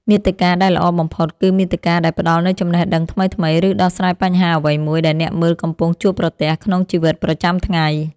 មាតិកាដែលល្អបំផុតគឺមាតិកាដែលផ្តល់នូវចំណេះដឹងថ្មីៗ ឬដោះស្រាយបញ្ហាអ្វីមួយដែលអ្នកមើលកំពុងជួបប្រទះក្នុងជីវិតប្រចាំថ្ងៃ។